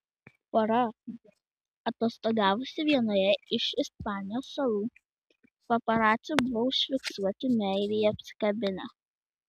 pora atostogavusi vienoje iš ispanijos salų paparacių buvo užfiksuoti meiliai apsikabinę